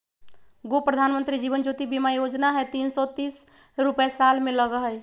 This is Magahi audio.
गो प्रधानमंत्री जीवन ज्योति बीमा योजना है तीन सौ तीस रुपए साल में लगहई?